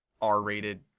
R-rated